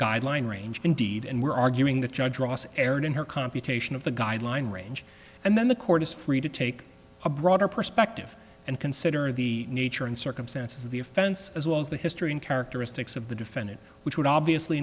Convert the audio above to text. guideline range indeed and we're arguing that judge ross erred in her computation of the guideline range and then the court is free to take a broader perspective and consider the nature and circumstances of the offense as well as the history and characteristics of the defendant which would obviously